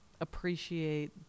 appreciate